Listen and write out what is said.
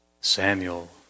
Samuel